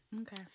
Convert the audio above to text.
Okay